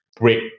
break